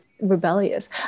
rebellious